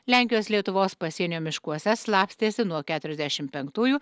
lenkijos lietuvos pasienio miškuose slapstėsi nuo keturiasdešim penktųjų